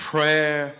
Prayer